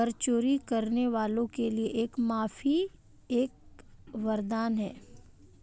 कर चोरी करने वालों के लिए कर माफी एक वरदान है